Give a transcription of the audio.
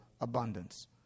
abundance